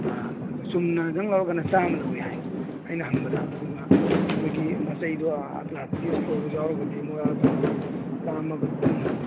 ꯑꯥ ꯆꯨꯝꯅꯗꯪ ꯂꯧꯔꯒꯅ ꯆꯥꯝ ꯂꯧꯏ ꯍꯥꯏ ꯑꯩꯅ ꯍꯪꯕꯗ ꯑꯗꯨꯒ ꯃꯣꯏꯒꯤ ꯃꯆꯩꯗꯨ ꯄ꯭ꯂꯥꯁꯇꯤꯛꯀꯤ ꯏꯁꯇ꯭ꯔꯣꯗꯨ ꯌꯥꯎꯔꯒꯗꯤ ꯃꯣꯏ ꯀꯩꯅꯣ ꯆꯥꯝꯃꯒ ꯀꯨꯟ